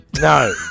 No